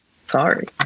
Sorry